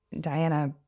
Diana